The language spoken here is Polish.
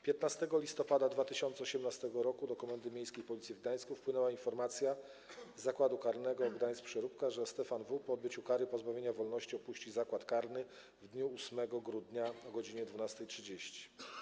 15 listopada 2018 r. do Komendy Miejskiej Policji w Gdańsku wpłynęła informacja z Zakładu Karnego w Gdańsku-Przeróbce, że Stefan W. po odbyciu kary pozbawienia wolności opuści zakład karny w dniu 8 grudnia o godz. 12.30.